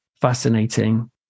fascinating